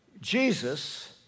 Jesus